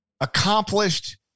accomplished